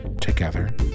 Together